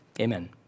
Amen